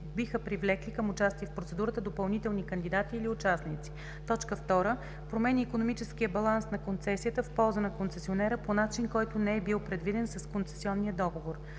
биха привлекли към участие в процедурата допълнителни кандидати или участници; 2. променя икономическия баланс на концесията в полза на концесионера по начин, който не е бил предвиден с концесионния договор;